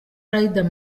rider